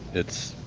it's